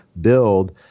Build